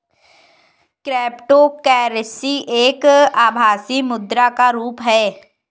cryptocurrency एक आभासी मुद्रा का रुप है